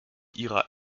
ihrer